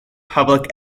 public